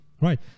Right